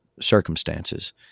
circumstances